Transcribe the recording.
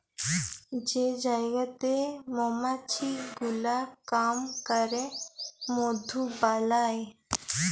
যে জায়গাতে মমাছি গুলা কাম ক্যরে মধু বালাই